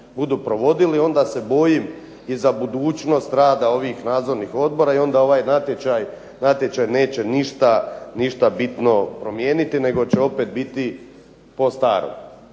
budu provodili onda se bojim i za budućnost rada ovih nadzornih odbora i onda ovaj natječaj neće ništa bitno promijeniti nego će opet biti po starom.